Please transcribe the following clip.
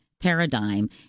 paradigm